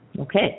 Okay